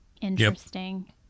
Interesting